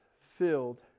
filled